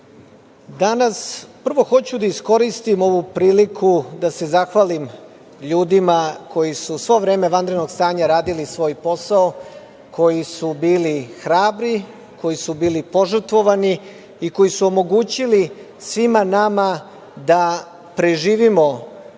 danas prvo hoću da iskoristim ovu priliku da se zahvalim ljudima koji su svo vreme vanrednog stanja radili svoj posao, koji su bili hrabri, koji su bili požrtvovani i koji su omogućili svima nama da preživimo